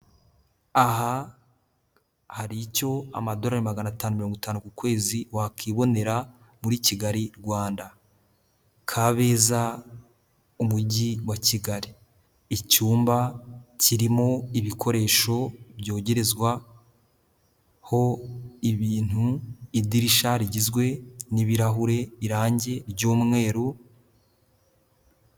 Aha hari icyo amadorari magana atanu mirongo itanu ku kwezi wakwibonera muri Kigali, Rwanda. Kabeza, umujyi wa Kigali. Icyumba kirimo ibikoresho byogerezwaho ibintu, idirisha rigizwe n'ibirahure, irangi ry'umweru.